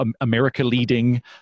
America-leading